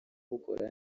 bukora